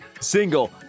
single